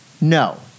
No